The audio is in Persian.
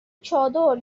چادر